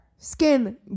Skin